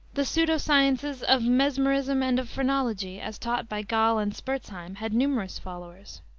the pseudo-sciences of mesmerism and of phrenology, as taught by gall and spurzheim, had numerous followers.